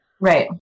Right